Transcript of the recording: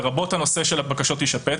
לרבות הנושא של בקשות להישפט.